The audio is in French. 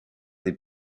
des